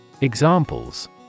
Examples